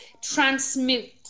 transmute